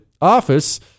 office